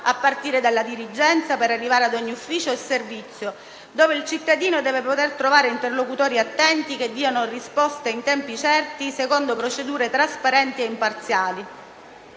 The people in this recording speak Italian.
a partire dalla dirigenza, per arrivare ad ogni ufficio e servizio, dove il cittadino deve poter trovare interlocutori attenti che diano risposte in tempi certi, secondo procedure trasparenti e imparziali,